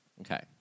okay